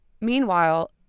Meanwhile